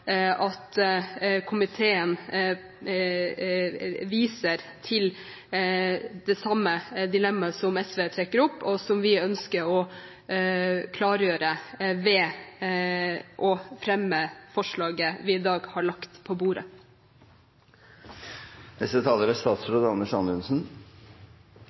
at komiteen viser til det samme dilemmaet som SV trekker opp, og som vi ønsker å klargjøre ved å fremme forslaget vi i dag har lagt på bordet.